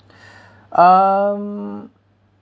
um